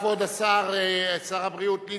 כבוד השר ליצמן,